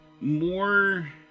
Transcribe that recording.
more